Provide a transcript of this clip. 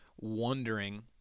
wondering